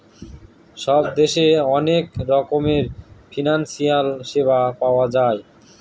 সব দেশে অনেক রকমের ফিনান্সিয়াল সেবা পাওয়া যায়